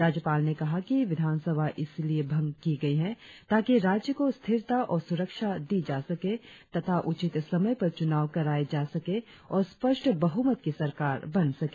राज्यपाल ने कहा कि विधानसभा इसलिए भंग की गई है ताकि राज्य को स्थिरता और सुरक्षा दी जा सके तथा उचित समय पर चुनाव कराए जा सके और स्पष्ट बहुमत की सरकार बन सके